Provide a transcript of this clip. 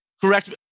correct